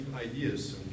ideas